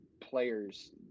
players